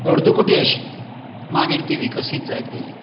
अर्दुकुटी आशिल्ली मागीर ती विकसीत जायत गेली